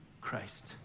Christ